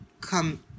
come